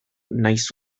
nahiz